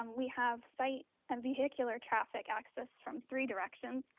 um we have site and vehicular traffic access from three directions.